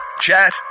chat